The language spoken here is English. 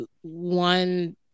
one